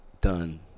done